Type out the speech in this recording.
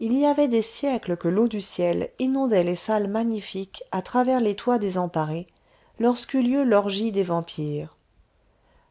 il y avait des siècles que l'eau du ciel inondait les salles magnifiques à travers les toits désemparés lorsqu'eut lieu l'orgie des vampires